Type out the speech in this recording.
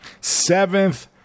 seventh